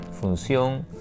función